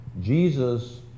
jesus